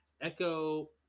Echo